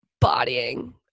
bodying